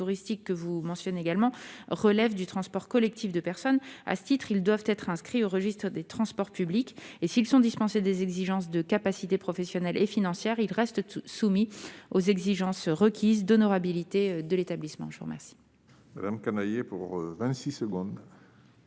que vous mentionnez relèvent du transport collectif de personnes. À ce titre, ils doivent être inscrits au registre des transporteurs publics. Et s'ils sont dispensés des exigences de capacité professionnelle et financière, ils restent soumis aux exigences requises d'honorabilité et d'établissement. La parole